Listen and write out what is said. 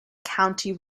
county